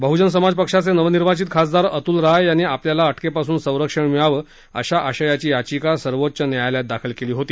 बसपाचे नवनिर्वाचित खासदार अतुल राय यांनी आपल्याला अक्रिपासून संरक्षण मिळावं अशा आशयाची याचिका सर्वोच्च न्यायालयात दाखल केली होती